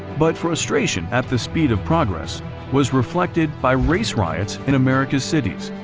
but frustration at the speed of progress was reflected by race riots in america's cities.